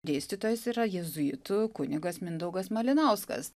dėstytojas yra jėzuitų kunigas mindaugas malinauskas